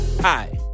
Hi